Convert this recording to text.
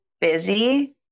busy